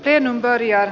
teen väriä